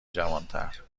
جوانتر